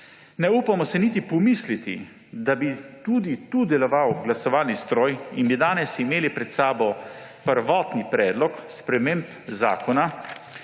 Ne upamo si niti pomisliti, da bi tudi tu deloval glasovalni stroj in bi danes imeli pred sabo prvotni predlog sprememb zakona,